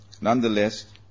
nonetheless